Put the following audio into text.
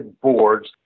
boards